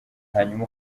hanyuma